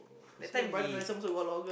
that time he